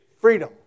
freedom